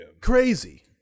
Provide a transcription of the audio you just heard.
Crazy